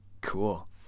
cool